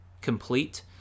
complete